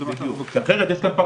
בדיוק נקבעות באישור ועדת הפנים.